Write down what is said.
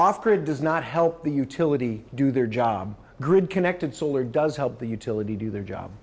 often it does not help the utility do their job grid connected solar does help the utility do their job